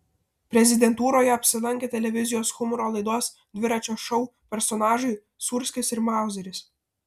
prezidentūroje apsilankė televizijos humoro laidos dviračio šou personažai sūrskis ir mauzeris